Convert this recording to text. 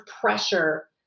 pressure